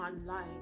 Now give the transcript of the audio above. online